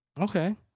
Okay